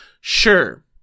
sure